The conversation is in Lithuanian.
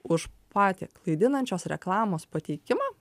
už patį klaidinančios reklamos pateikimą